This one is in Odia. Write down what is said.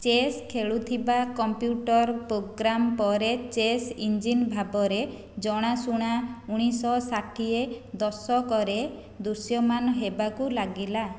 ଚେସ୍ ଖେଳୁଥିବା କମ୍ପ୍ୟୁଟର ପ୍ରୋଗ୍ରାମ୍ ପରେ ଚେସ୍ ଇଞ୍ଜିନ୍ ଭାବରେ ଜଣାଶୁଣା ଉଣେଇଶହ ଷାଠିଏ ଦଶକରେ ଦୃଶ୍ୟମାନ ହେବାକୁ ଲାଗିଲା